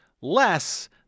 less